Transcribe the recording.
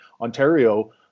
Ontario